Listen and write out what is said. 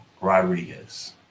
Rodriguez